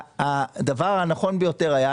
הדבר הנכון ביותר היה,